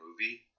movie